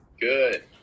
Good